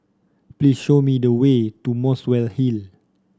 please show me the way to Muswell Hill